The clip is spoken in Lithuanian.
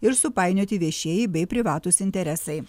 ir supainioti viešieji bei privatūs interesai